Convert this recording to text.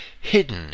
hidden